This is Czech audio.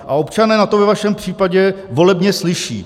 A občané na to ve vašem případě volebně slyší.